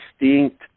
distinct